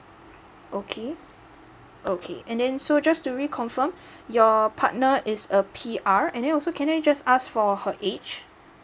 okay okay and then so just to reconfirm your partner is a P_R and then also can I just ask for her age